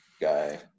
guy